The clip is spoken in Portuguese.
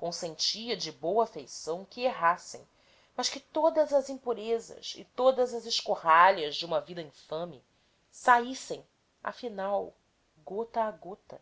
e onsentia de boa feição que errassem mas que todas as impurezas todas as escorralhas de uma vida infame saíssem afinal gota a gota